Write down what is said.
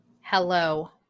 Hello